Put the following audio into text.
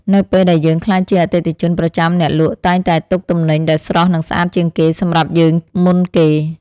នៅពេលដែលយើងក្លាយជាអតិថិជនប្រចាំអ្នកលក់តែងតែទុកទំនិញដែលស្រស់និងស្អាតជាងគេសម្រាប់យើងមុនគេ។